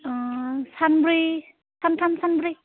सानब्रै सानथाम सानब्रै